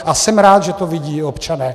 A jsem rád, že to vidí i občané.